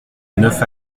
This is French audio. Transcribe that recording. neuf